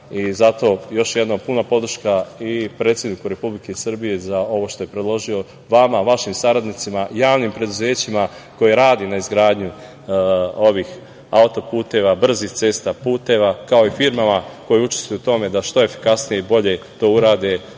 još jednom, puna podrška i predsedniku Republike Srbije za ovo što je predložio, vama, vašim saradnicima, javnim preduzećima koja rade na izgradnji ovih auto-puteva, brzih cesta, puteva, kao i firmama koje učestvuju u tome da što efikasnije i bolje to urade